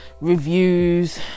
reviews